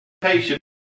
patient